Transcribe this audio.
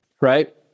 right